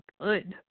good